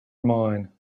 mine